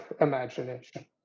imagination